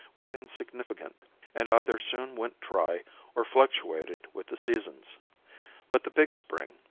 were insignificant and either soon went dry or fluctuated with the seasons but the big spring,